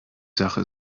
sache